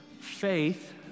faith